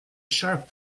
shark